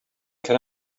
can